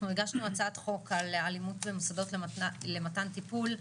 אנחנו הגשנו הצעת חוק על אלימות במוסדות למתן טיפול,